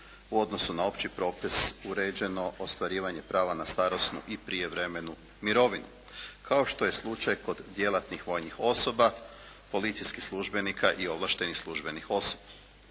u odnosu na opći propis uređeno ostvarivanje prava na starosnu i prijevremenu mirovinu kao što je slučaj kod djelatnih vojnih osoba, policijskih službenika i ovlaštenih službenih osoba.